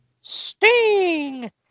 Sting